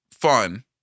fun